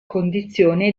condizione